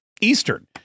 Eastern